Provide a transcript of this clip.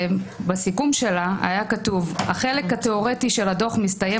בסיכום שלה היה כתוב: החלק התיאורטי של הדוח מסתיים